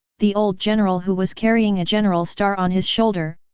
the old general who was carrying a general star on his shoulder,